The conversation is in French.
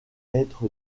être